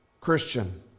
Christian